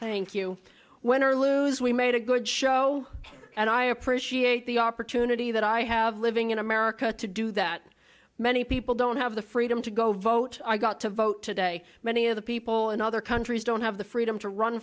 thank you when or lose we made a good show and i appreciate the opportunity that i have living in america to do that many people don't have the freedom to go vote i got to vote today many of the people in other countries don't have the freedom to run